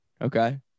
Okay